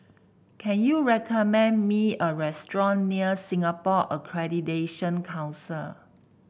can you recommend me a restaurant near Singapore Accreditation Council